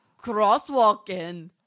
crosswalking